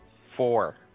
four